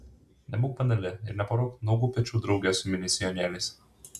nebūk banali ir neporuok nuogų pečių drauge su mini sijonėliais